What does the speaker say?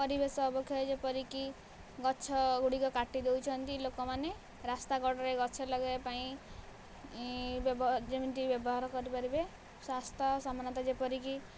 ପରିବେଶ ଅବକ୍ଷେୟ ଯେପରି କି ଗଛ ଗୁଡ଼ିକ କାଟି ଦେଉଛନ୍ତି ଲୋକମାନେ ରାସ୍ତାକଡ଼ରେ ଗଛ ଲଗାଇବା ପାଇଁ ଯେମିତି ବ୍ୟବହାର କରିପାରିବେ ସ୍ୱାସ୍ଥ୍ୟ ସମାନତା ଯେପରି କି